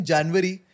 January